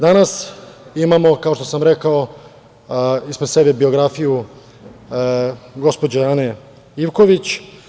Danas imamo, kao što sam rekao, ispred sebe biografiju gospođe Ane Ivković.